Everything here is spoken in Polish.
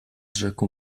rzeką